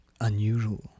unusual